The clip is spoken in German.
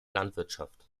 landwirtschaft